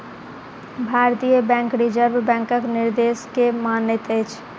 भारतीय bank reserve बैंकक निर्देश के मानैत अछि